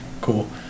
cool